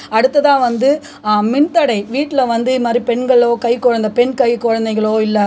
அடுத்ததாக வந்து மின்தடை வீட்டில் வந்து இது மாதிரி பெண்களோ கை குழந்த பெண் கை குழந்தைகளோ இல்லை